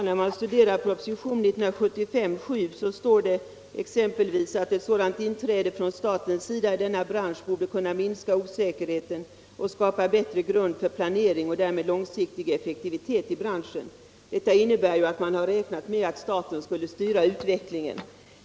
Herr talman! I proposition 1975:7 heter det att ett inträde från statens sida i denna bransch borde kunna minska osäkerheten och skapa bättre grund för planering och därmed långsiktig effektivitet i branschen. Det innebär att man har räknat med att staten skulle styra utvecklingen.